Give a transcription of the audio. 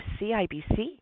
CIBC